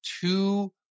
two